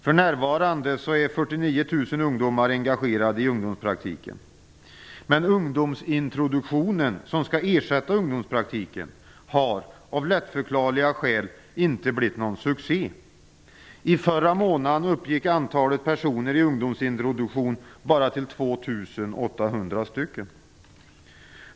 För närvarande är 49 000 ungdomar engagerade i ungdomspraktiken. Men ungdomsintroduktionen, som skall ersätta ungdomspraktiken, har av lätt förklarliga skäl inte blivit någon succé. I förra månaden uppgick antalet personer i ungdomsintroduktion bara till 2 800 stycken.